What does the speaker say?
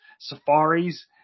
safaris